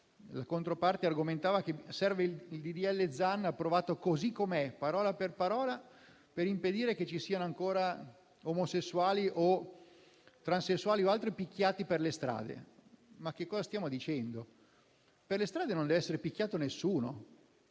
la controparte argomentava che serve approvare il disegno di legge Zan così com'è, parola per parola, per impedire che ci siano ancora omosessuali, transessuali o altri picchiati per le strade. Cosa stiamo dicendo? Per le strade non dev'essere picchiato nessuno.